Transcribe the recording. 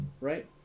right